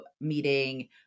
meeting